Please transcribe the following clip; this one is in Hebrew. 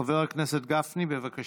חבר הכנסת גפני, בבקשה.